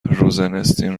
روزناستین